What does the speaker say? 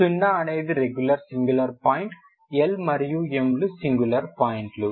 సున్నా అనేది regular singular point L మరియు M లు సింగులర్ పాయింట్లు